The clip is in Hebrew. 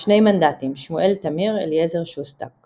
2 מנדטים שמואל תמיר, אליעזר שוסטק